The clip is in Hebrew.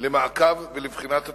למעקב ולבחינת התוכנית,